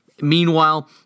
Meanwhile